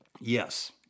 Yes